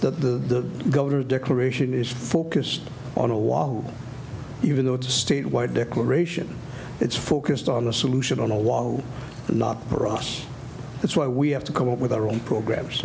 the governor declaration is focused on a wall even though it's a state wide declaration it's focused on the solution on a wall not for us that's why we have to come up with our own programs